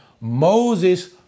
Moses